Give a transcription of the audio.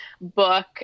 book